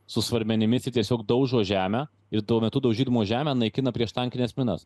su svarmenimis ir tiesiog daužo žemę ir tuo metu daužydamos žemę naikina prieštankinės minas